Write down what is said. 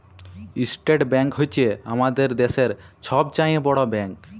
state Bank হছে আমাদের দ্যাশের ছব চাঁয়ে বড় ব্যাংক